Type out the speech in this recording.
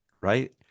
Right